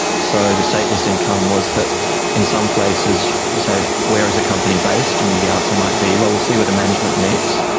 so the stateless income was that in some places you say where is a company based? and and the answer might be well, we'll see where the management meets,